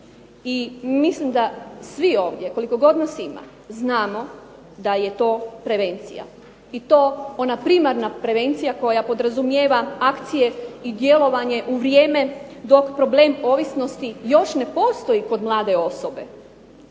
I mislim da svi ovdje koliko god nas ima znamo da je to prevencija i to ona primarna prevencija koja podrazumijeva akcije i djelovanje u vrijeme dok problem ovisnosti još ne postoji kod mlade osobe.